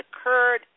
occurred